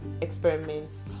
experiments